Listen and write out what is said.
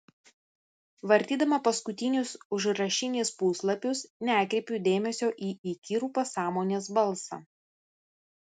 vartydama paskutinius užrašinės puslapius nekreipiu dėmesio į įkyrų pasąmonės balsą